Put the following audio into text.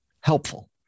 helpful